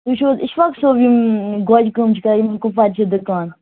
تُہۍ چھِو حظ اِشفاق صٲب یِم گوجہِ کٲم چھِ کَران یِمَن کُپوارِ چھِ دُکان